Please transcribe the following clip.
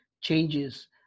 changes